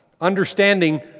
understanding